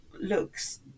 looks